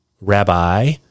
Rabbi